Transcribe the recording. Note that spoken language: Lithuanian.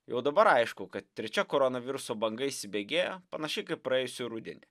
jau dabar aišku kad trečia koronaviruso banga įsibėgėja panašiai kaip praėjusį rudenį